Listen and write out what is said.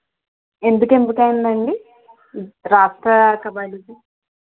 ఎందుకు ఎంపిక అయ్యింది అండి రాష్ట్ర కబడ్డీకి